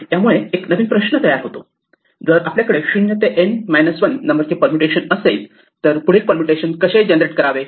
यामुळे एक नवीन प्रश्न तयार होतो जर आपल्याकडे 0 ते N मायनस 1 नंबरचे परमुटेशन असेल तर पुढील परमुटेशन कसे जनरेट करावे